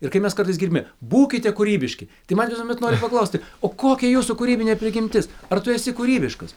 ir kai mes kartais gimę būkite kūrybiški tai man visuomet nori paklausti o kokia jūsų kūrybinė prigimtis ar tu esi kūrybiškas